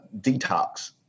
detox